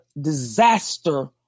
disaster